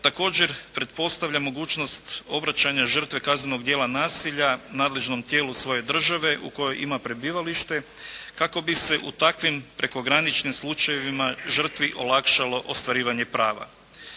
također pretpostavlja mogućnost obraćanja žrtve kaznenog djela nasilja nadležnom tijelu svoje države u kojoj ima prebivalište kako bi se u takvim prekograničnim slučajevima žrtvi olakšalo ostvarivanje prava.